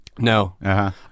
No